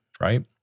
right